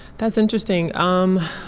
that's interesting. um